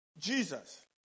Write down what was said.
Jesus